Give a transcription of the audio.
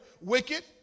Wicked